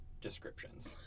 descriptions